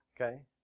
Okay